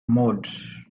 mode